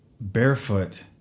barefoot